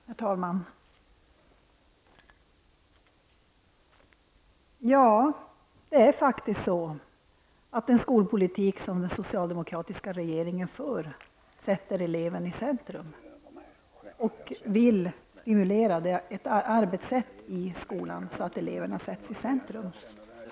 Herr talman! Jo, det är faktiskt så att den skolpolitik som den socialdemokratiska regeringen för sätter eleven i centrum och vill stimulera ett sådant arbetssätt att eleverna sätts i centrum i skolan.